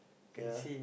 ya